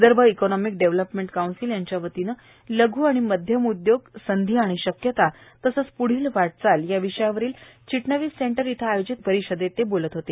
Vidarbha economic development council यांच्या वतीने लघ् आणि मध्यम उदयोग संधी आणि शक्यता तसंच प्ढील वाटचाल या विषयावरील चिटणवीस सेंटर इथं आयोजित परिषदेत ते बोलत होते